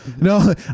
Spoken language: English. no